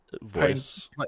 voice